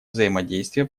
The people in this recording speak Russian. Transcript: взаимодействия